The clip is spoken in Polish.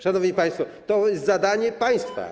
Szanowni państwo, to jest zadanie państwa.